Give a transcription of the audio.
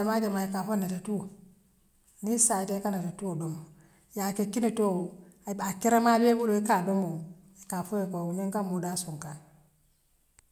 Jamaa jamaa ikaa foe netetuu ňiŋ issaa je ika netetuo domo yaa ke kinetroroo ibaa keremaane moolu ye taa adomoo ikaa foe koo ňiŋ ka moolu daa suŋkanŋ.